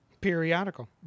Periodical